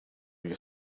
your